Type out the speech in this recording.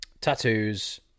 Tattoos